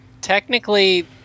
technically